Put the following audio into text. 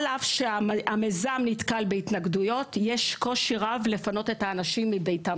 על אף שהמיזם נתקל בהתנגדויות יש קושי רב לפנות את האנשים מביתם,